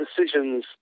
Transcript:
decisions